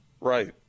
Right